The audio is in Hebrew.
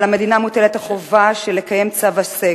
על המדינה מוטלת החובה של לקיים צו עשה.